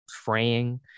fraying